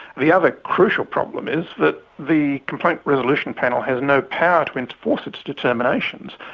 the other crucial problem is that the complaint resolution panel has no power to enforce its determinations.